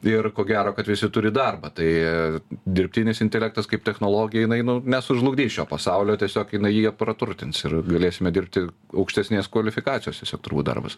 ir ko gero kad visi turi darbą tai dirbtinis intelektas kaip technologija jinai nu nesužlugdys šio pasaulio tiesiog jinai jį praturtins ir galėsime dirbti aukštesnės kvalifikacijos tiesiog turbūt darbus